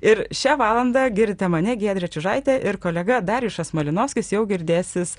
ir šią valandą girdite mane giedrę čiužaitę ir kolega darijušas malinovskis jau girdėsis